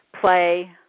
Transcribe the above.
play